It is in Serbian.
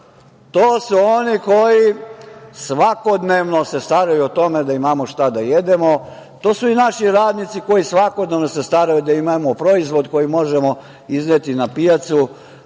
To su oni koji svakodnevno se staraju o tome da imamo šta da jedemo. To su i naši radnici koji svakodnevno se staraju da imamo proizvod koji možemo izneti na pijacu,